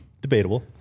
debatable